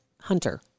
hunter